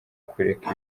kureka